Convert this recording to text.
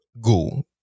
go